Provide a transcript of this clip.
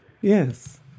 Yes